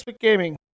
Gaming